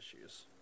issues